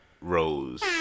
Rose